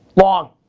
long,